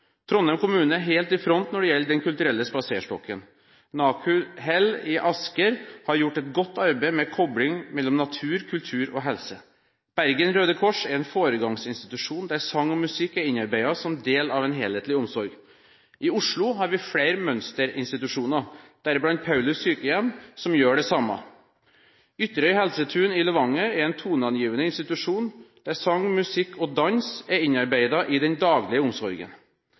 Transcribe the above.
Trondheim kommune er helt i front når det gjelder Den kulturelle spaserstokken. NaKuHel i Asker har gjort et godt arbeid med kobling mellom natur, kultur og helse. Bergen Røde Kors er en foregangsinstitusjon, der sang og musikk er innarbeidet som del av en helhetlig omsorg, og i Oslo har vi flere mønsterinstitusjoner, deriblant Paulus sykehjem, som gjør det samme. Ytterøy Helsetun i Levanger er en toneangivende institusjon, der sang, musikk og dans er innarbeidet i den daglige omsorgen.